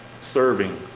Serving